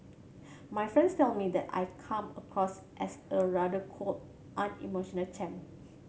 my friends tell me that I come across as a rather cold unemotional chap